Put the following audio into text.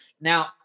now